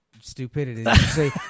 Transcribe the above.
stupidity